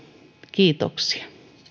kiitoksia